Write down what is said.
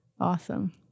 Awesome